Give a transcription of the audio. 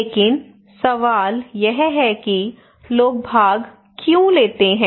लेकिन सवाल यह है कि लोग भाग क्यों लेते हैं